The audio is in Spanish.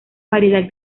variedad